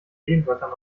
lehnwörtern